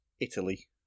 Italy